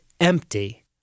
empty